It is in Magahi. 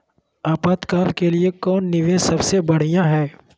आपातकाल के लिए कौन निवेस सबसे बढ़िया है?